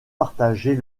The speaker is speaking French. partager